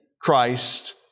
Christ